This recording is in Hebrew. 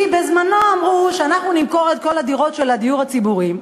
כי בזמנו אמרו: כשאנחנו נמכור את כל הדירות של הדיור הציבורי,